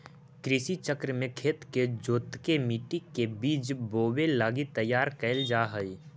कृषि चक्र में खेत के जोतके मट्टी के बीज बोवे लगी तैयार कैल जा हइ